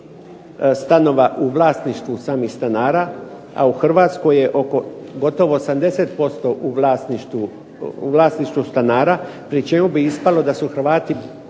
stanova u vlasništvu samih stanara, a u Hrvatskoj je oko gotovo 80% u vlasništvu stanara, pri čemu bi ispalo da su Hrvati